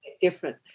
different